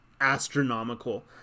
astronomical